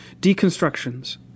deconstructions